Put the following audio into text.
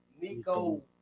nico